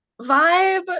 vibe